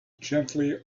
gently